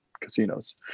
casinos